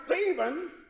Stephen